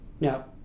Now